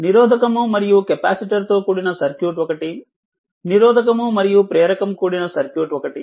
నిరోధకము మరియు కెపాసిటర్ తో కూడిన సర్క్యూట్ ఒకటి నిరోధకం మరియు ప్రేరకం కూడిన సర్క్యూట్ ఒకటి